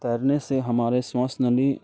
तैरने से हमारी श्वास नली